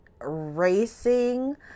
racing